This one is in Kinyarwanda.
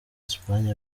espagne